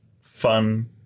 fun